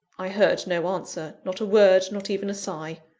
i heard no answer not a word, not even a sigh.